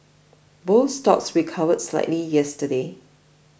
both stocks recovered slightly yesterday